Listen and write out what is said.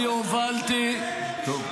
כשאני הייתי שר התיירות, אני הובלתי, טוב.